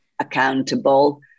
accountable